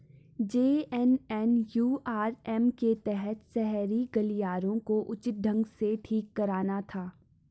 JNNURM के तहत शहरी गलियारों को उचित ढंग से ठीक कराना था